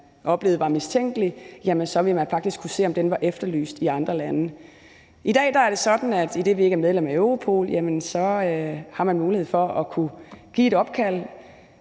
mistænkeligt ved, om den var efterlyst i andre lande. I dag er det sådan, at idet vi ikke er medlem af Europol, har man mulighed for at foretage et opkald.